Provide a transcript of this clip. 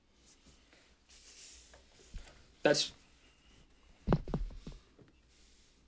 touch